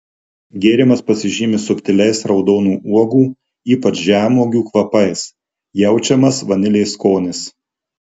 gėrimas pasižymi subtiliais raudonų uogų ypač žemuogių kvapais jaučiamas vanilės skonis